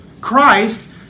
Christ